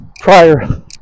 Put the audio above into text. prior